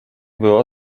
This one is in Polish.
było